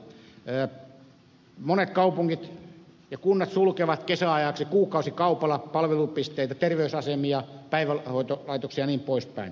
monet kaupungit ja kunnat sulkevat kesäajaksi kuukausikaupalla palvelupisteitä terveysasemia päivähoitolaitoksia jnp